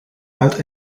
uit